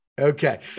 Okay